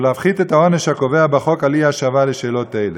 ולהפחית את העונש הקבוע בחוק על אי-השבה על שאלות אלו.